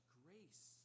grace